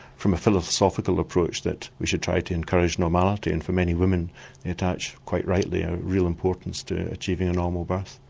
from a philosophical approach that we should try to encourage normality and for many women we attach quite rightly a real importance to achieving a normal birth,